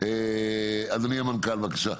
אדוני המנכ"ל בבקשה.